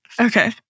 Okay